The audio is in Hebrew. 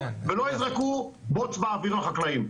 ולא יזרקו בוץ באוויר לחקלאים.